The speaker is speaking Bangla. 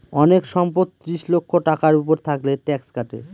অনেক সম্পদ ত্রিশ লক্ষ টাকার উপর থাকলে ট্যাক্স কাটে